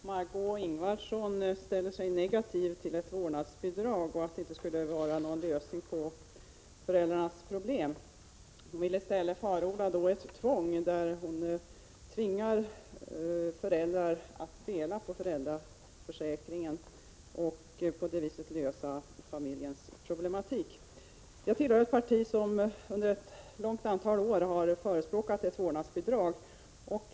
Herr talman! Margö Ingvardsson ställer sig negativ till ett vårdnadsbidrag och anser att det inte skulle vara någon lösning på föräldrarnas problem. Hon vill i stället förorda ett tvång — att man tvingar föräldrar att dela på föräldraförsäkringen och på det viset lösa familjens problem. Jag tillhör ett parti som under ett stort antal år har förespråkat ett vårdnadsbidrag.